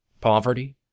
Poverty